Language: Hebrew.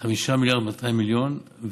5 מיליארד ו-200 מיליון.